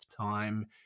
time